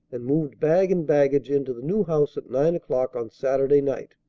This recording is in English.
and moved bag and baggage into the new house at nine o'clock on saturday night.